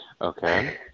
Okay